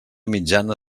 mitjana